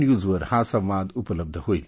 न्यूजवर हा संवाद उपलब्ध होईल